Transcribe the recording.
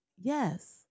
Yes